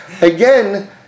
again